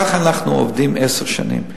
ככה אנחנו עובדים עשר שנים.